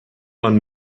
man